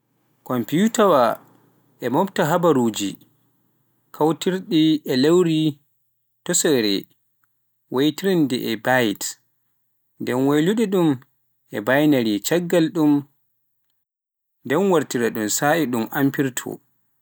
komfiyuta e moofta kabaruuji kuutortooɗi lowre tokosere wiyeteende "bytes" e Waylude ɗum e Binary caggal ɗuum nde wartire di so ina haani.